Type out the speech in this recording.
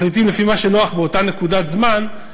מחליטים לפי מה שנוח באותה נקודת זמן,